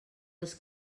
els